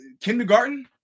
kindergarten